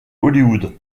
hollywood